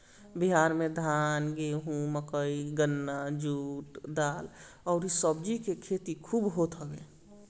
बिहार में धान, गेंहू, मकई, गन्ना, जुट, दाल अउरी सब्जी के खेती खूब होत हवे